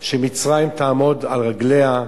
שמצרים תעמוד על רגליה,